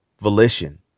volition